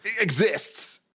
exists